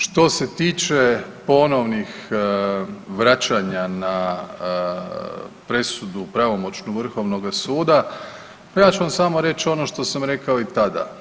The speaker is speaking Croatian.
Što se tiče ponovnih vraćanja na presudu pravomoćnu vrhovnoga suda, pa ja ću vam samo reć ono što sam rekao i tada.